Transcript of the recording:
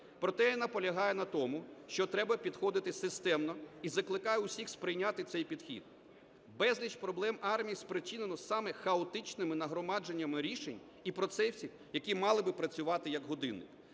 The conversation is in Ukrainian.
Проте, я наполягаю на тому, що треба підходити системно, і закликаю усіх сприйняти цей підхід. Безліч проблем армії спричинені саме хаотичними нагромадженнями рішень і процесів, які мали би працювати як годинник.